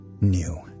new